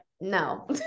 no